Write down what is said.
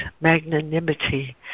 magnanimity